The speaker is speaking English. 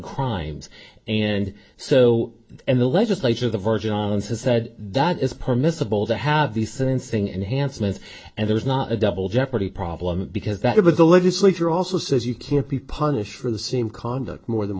crimes and so in the legislature the virgin islands has said that is permissible to have the sensing enhancement and there's not a double jeopardy problem because that of the legislature also says you can't be punished for the same conduct more than